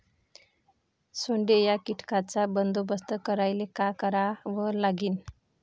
सोंडे या कीटकांचा बंदोबस्त करायले का करावं लागीन?